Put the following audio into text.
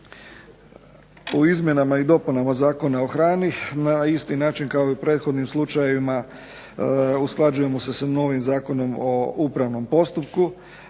U izmjenama i dopunama Zakona o hrani na isti način kao i u prethodnim slučajevima usklađujemo se sa novim Zakonom o upravnom postupku